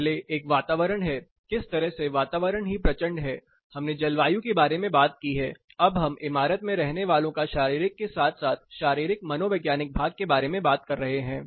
पहले एक वातावरण है किस तरह से वातावरण ही प्रचंड है हमने जलवायु के बारे में बात की है अब हम इमारत में रहने वालों का शारीरिक के साथ साथ शारीरिक मनोवैज्ञानिक भाग के बारे में बात कर रहे हैं